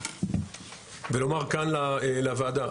ולומר כאן לוועדה.